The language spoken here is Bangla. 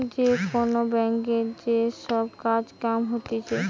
যে কোন ব্যাংকে যে সব কাজ কাম হতিছে